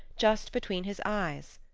just between his eyes.